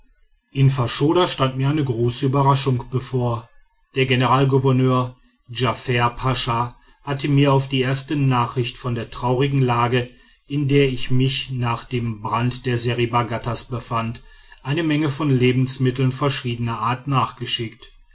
in faschoda stand mir eine große überraschung bevor der generalgouverneur djafer pascha hatte mir auf die erste nachricht von der traurigen lage in der ich mich nach dem brand der seriba ghattas befand eine menge von lebensmitteln verschiedener art nachgeschickt